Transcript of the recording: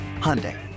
Hyundai